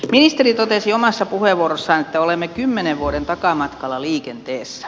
ministeri totesi omassa puheenvuorossaan että olemme kymmenen vuoden takamatkalla liikenteessä